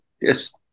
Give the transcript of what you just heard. yes